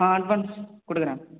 ஆ advance கொடுக்கறேன்